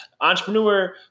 Entrepreneur